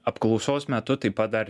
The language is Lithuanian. apklausos metu taip pat dar